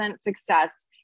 success